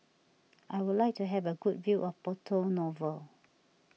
I would like to have a good view of Porto Novo